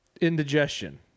indigestion